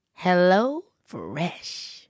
HelloFresh